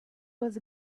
was